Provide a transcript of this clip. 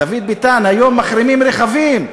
דוד ביטן, היום מחרימים רכבים.